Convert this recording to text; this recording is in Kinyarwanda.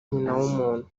nyinawumuntu